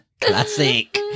Classic